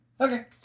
Okay